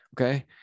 okay